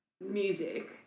music